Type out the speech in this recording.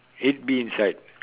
it be inside